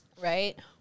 Right